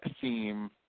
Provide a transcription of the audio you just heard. theme